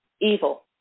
Evil